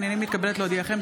הינני מתכבדת להודיעכם,